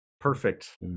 Perfect